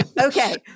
Okay